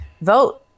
vote